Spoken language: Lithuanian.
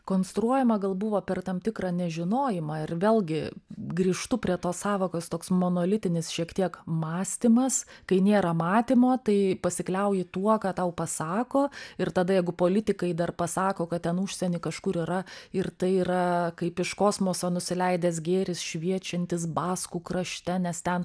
konstruojama gal buvo per tam tikrą nežinojimą ir vėlgi grįžtu prie tos sąvokos toks monolitinis šiek tiek mąstymas kai nėra matymo tai pasikliauji tuo ką tau pasako ir tada jeigu politikai dar pasako kad ten užsieny kažkur yra ir tai yra kaip iš kosmoso nusileidęs gėris šviečiantis baskų krašte nes ten